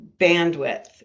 bandwidth